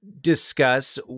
discuss